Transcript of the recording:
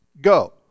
go